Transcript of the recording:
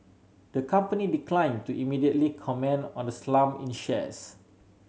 the company declined to immediately comment on the slump in shares